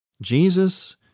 Jesus